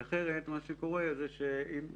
כי אחרת, מה שקורה זה שאם